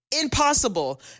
impossible